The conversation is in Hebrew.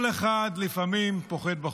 כל אחד לפעמים פוחד בחושך,